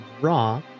Raw